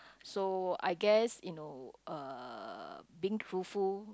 so I guess you know uh being truthful